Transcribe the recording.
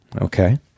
Okay